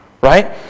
Right